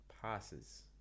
passes